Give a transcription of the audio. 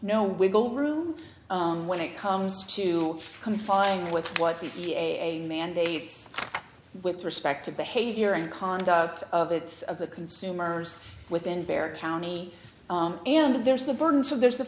no wiggle room when it comes to confine with what b p a mandates with respect to behavior and conduct of its of the consumers within bear county and there's the burden so there's